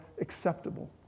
acceptable